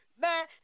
Man